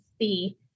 see